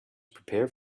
prepare